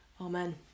Amen